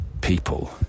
people